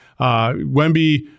Wemby